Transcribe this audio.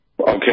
Okay